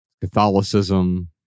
Catholicism